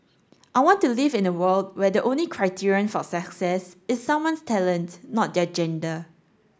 I want to live in a world where the only criterion for success is someone's talent not their gender